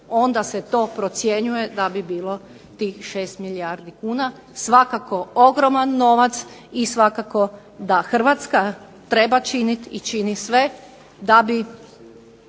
onda se to procjenjuje da bi bilo tih 6 milijardi kuna svakako ogroman novac i svakako da Hrvatska treba činiti i čini sve da bi